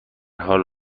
حال